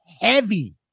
heavy